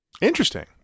Interesting